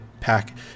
pack